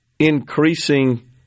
increasing